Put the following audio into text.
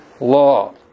law